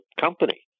company